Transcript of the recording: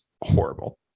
horrible